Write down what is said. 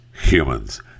humans